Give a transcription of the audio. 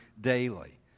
daily